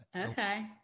Okay